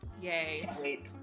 yay